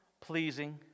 pleasing